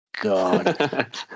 God